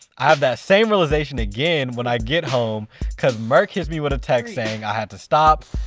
i have that same realization again when i get home cuz merk hits me with a text saying i had to stop,